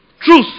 truth